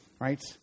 Right